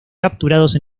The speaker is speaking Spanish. capturados